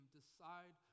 Decide